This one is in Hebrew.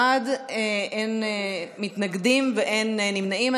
15 בעד, אין מתנגדים ואין נמנעים.